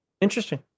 interesting